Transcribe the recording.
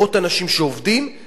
מאות אנשים שעובדים,